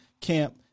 camp